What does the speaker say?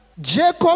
Jacob